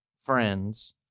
friends